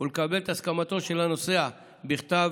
ולקבל את הסכמתו של הנוסע בכתב